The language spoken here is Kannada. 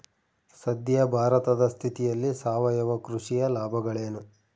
ಸದ್ಯ ಭಾರತದ ಸ್ಥಿತಿಯಲ್ಲಿ ಸಾವಯವ ಕೃಷಿಯ ಲಾಭಗಳೇನು?